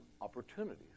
opportunities